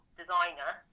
designer